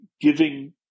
giving